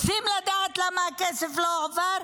רוצים לדעת למה הכסף לא הועבר?